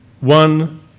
One